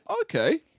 Okay